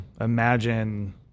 imagine